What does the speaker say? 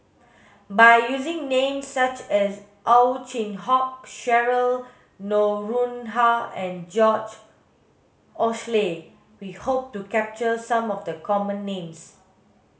by using names such as Ow Chin Hock Cheryl Noronha and George Oehler we hope to capture some of the common names